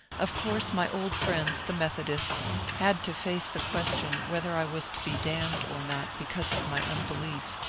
of course my old friends, the methodists, had to face the question whether i was to be damned or not because of my unbelief.